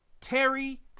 Terry